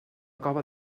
cova